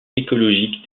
écologique